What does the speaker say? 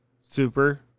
super